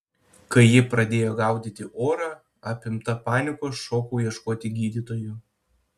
kai ji pradėjo gaudyti orą apimta panikos šokau ieškoti gydytojų